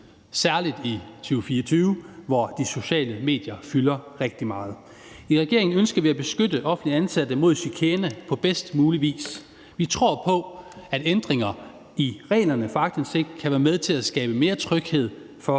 særlig i 2024, hvor de sociale medier fylder rigtig meget. I regeringen ønsker vi at beskytte offentligt ansatte mod chikane på bedst mulig vis. Vi tror på, at ændringer i reglerne for aktindsigt kan være med til at skabe mere tryghed for